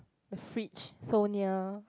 the fridge so near